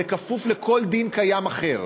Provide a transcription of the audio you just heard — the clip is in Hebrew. בכפוף לכל דין קיים אחר,